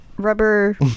Rubber